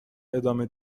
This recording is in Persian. ادامه